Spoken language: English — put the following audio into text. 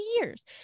years